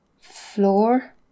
floor